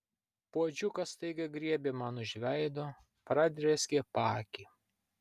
puodžiukas staiga griebė man už veido pradrėskė paakį